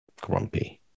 grumpy